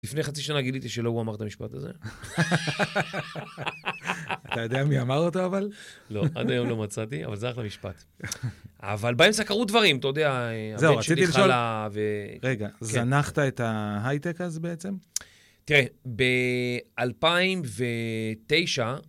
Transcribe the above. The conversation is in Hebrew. לפני חצי שנה גיליתי שלא הוא אמר את המשפט הזה. אתה יודע מי אמר אותו, אבל? לא, עד היום לא מצאתי, אבל זה אחלה משפט. אבל באמצע קרו דברים, אתה יודע, הבן שלי חלה ו... רגע, זנחת את ההייטק אז בעצם? תראה, ב-2009...